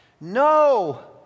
No